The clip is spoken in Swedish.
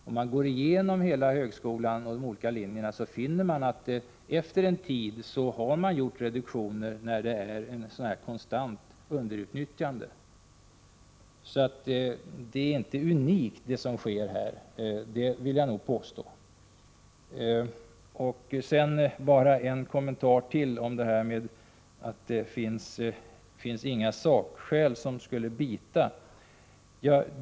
Om man går igenom hela högskolan och dess olika linjer, så finner man att när det varit ett konstant underutnyttjade har det efter en tid gjorts reduktioner. Vad som sker här är alltså inte unikt — det vill jag påstå. Bara en kommentar till — om detta att det inte finns några sakskäl som skulle bita.